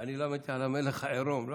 אני למדתי על המלך העירום.